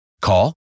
Call